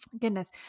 Goodness